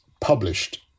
published